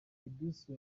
edouce